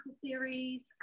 theories